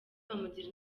bamugira